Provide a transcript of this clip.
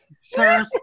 Sir